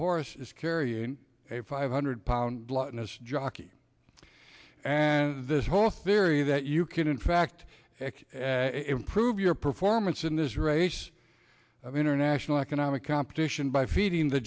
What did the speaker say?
horse is carrying a five hundred pound lightness jockey and this whole theory that you can in fact prove your performance in this race of international economic competition by feeding the